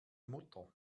mutter